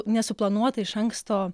nesuplanuotą iš anksto